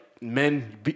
men